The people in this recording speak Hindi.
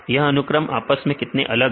यह अनुक्रम आपस में कितने अलग हैं